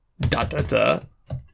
Da-da-da